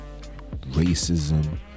racism